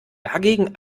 dagegen